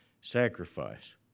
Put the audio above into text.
sacrifice